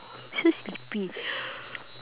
so sleepy